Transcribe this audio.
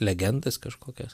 legendas kažkokias